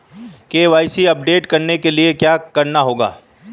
KYC update करने के लिए क्या करना होगा?